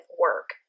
work